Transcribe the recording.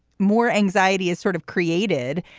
more anxiety is sort of created.